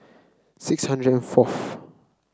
six hundred and fourth